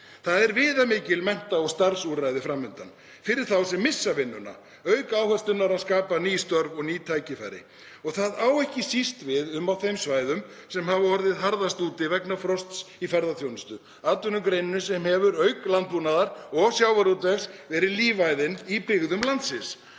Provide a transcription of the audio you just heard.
Það eru viðamikil mennta- og starfsúrræði fram undan fyrir þá sem missa vinnuna auk áherslunnar á að skapa ný störf og ný tækifæri. Það á ekki síst við á þeim svæðum sem hafa orðið harðast úti vegna frosts í ferðaþjónustu, atvinnugreininni sem hefur auk landbúnaðar og sjávarútvegs verið lífæðin í byggðum landsins.